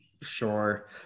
sure